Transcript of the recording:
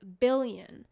billion